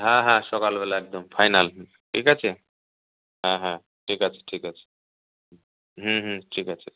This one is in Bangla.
হ্যাঁ হ্যাঁ সকালবেলা একদম ফাইনাল হুম ঠিক আছে হ্যাঁ হ্যাঁ ঠিক আছে ঠিক আছে হুম হুম ঠিক আছে